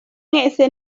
mwese